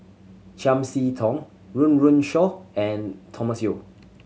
Chiam See Tong Run Run Shaw and Thomas Yeo